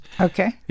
Okay